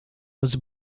was